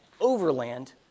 overland